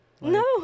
No